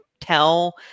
tell